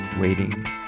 waiting